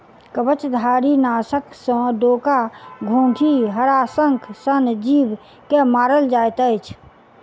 कवचधारीनाशक सॅ डोका, घोंघी, हराशंख सन जीव के मारल जाइत अछि